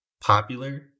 popular